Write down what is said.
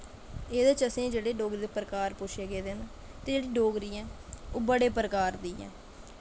एह्दे च असेंगी जेह्ड़े डोगरी दे प्रकार पुच्छे गेदे न ते जेह्ड़ी डोगरी ऐ बड़े प्रकार दी ऐ